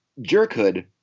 jerkhood